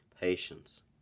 patience